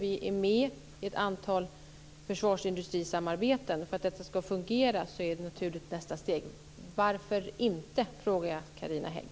Vi är med i ett antal försvarsindustrisamarbeten. För att det ska fungera är detta ett naturligt nästa steg. Varför inte? Det frågar jag Carina Hägg.